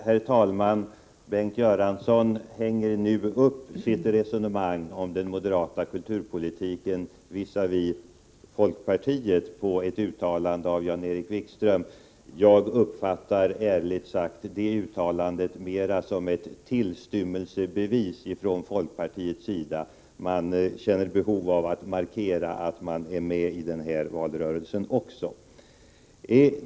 Herr talman! Bengt Göransson hänger nu upp sitt resonemang om den moderata kulturpolitiken visavi folkpartiet på ett uttalande av Jan-Erik Wikström. Jag uppfattar — ärligt sagt — det uttalandet mera som ett ”tillstymmelsebevis” från folkpartiets sida — man känner behov av att markera att man är med i den här valrörelsen också.